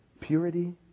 Purity